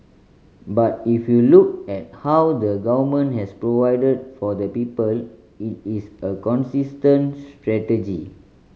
but if you look at how the Government has provided for the people it is a consistent strategy